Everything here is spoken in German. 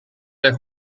der